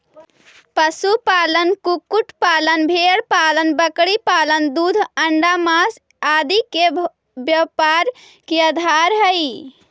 पशुपालन, कुक्कुट पालन, भेंड़पालन बकरीपालन दूध, अण्डा, माँस आदि के व्यापार के आधार हइ